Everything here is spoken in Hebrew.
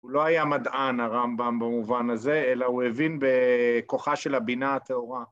הוא לא היה מדען הרמב״ם במובן הזה, אלא הוא הבין בכוחה של הבינה הטהורה.